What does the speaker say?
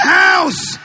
house